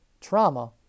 trauma